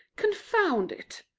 confound it?